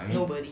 nobody